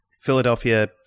Philadelphia